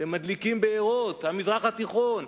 אתם מדליקים בעירות, המזרח התיכון.